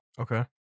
Okay